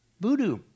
voodoo